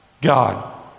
God